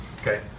Okay